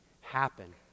happen